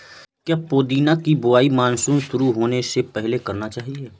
क्या पुदीना की बुवाई मानसून शुरू होने से पहले करना चाहिए?